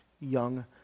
Young